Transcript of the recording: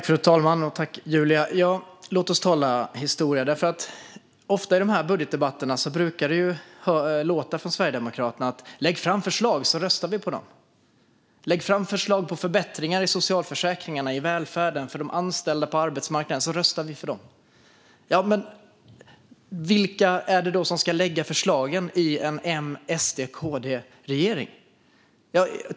Fru talman! Låt oss tala historia! Ofta i budgetdebatterna brukar det låta så här från Sverigedemokraterna: Lägg fram förslag på förbättringar i socialförsäkringarna, i välfärden och för de anställda på arbetsmarknaden, så röstar vi på dem! Men vilka är det då som ska lägga fram förslagen i en MSDKDregering?